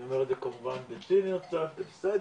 אני אומר את זה כמובן בציניות קצת, זה בסדר,